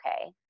okay